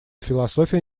философия